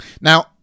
Now